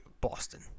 Boston